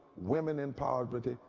women in poverty.